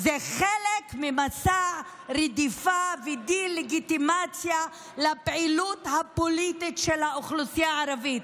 זה חלק ממסע רדיפה ודה-לגיטימציה של פעילות הפוליטית של החברה הערבית,